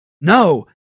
No